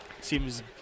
seems